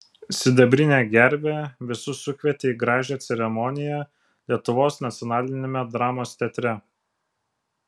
sidabrinė gervė visus sukvietė į gražią ceremoniją lietuvos nacionaliniame dramos teatre